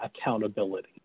accountability